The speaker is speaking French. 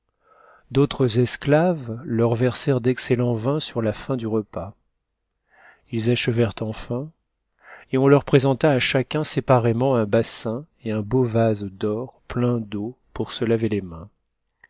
d'autres esclaves leur versèrent d'excellent vin sur la fin du repas ils achevèrent enfin et on leur présenta à chacun séparément un bassin et un beau vase d'or plein d'eau pour se laver les mains